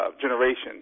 generation